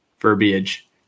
verbiage